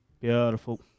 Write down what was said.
Beautiful